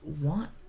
want